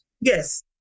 Yes